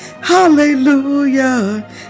Hallelujah